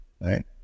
right